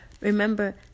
remember